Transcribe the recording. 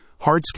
hardscape